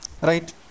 right